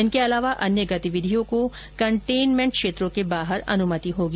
इनके अलावा अन्य गतिविधियों को कंटेनमेंट क्षेत्रों के बाहर अनुमति होगी